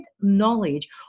knowledge